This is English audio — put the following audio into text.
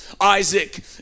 Isaac